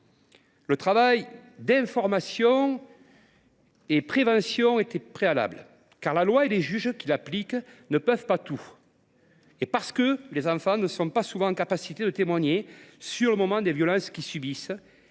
un effort d’information et de prévention, car la loi et les juges qui l’appliquent ne peuvent pas tout. Parce que les enfants ne sont souvent pas capables de témoigner sur le moment des violences qu’ils subissent,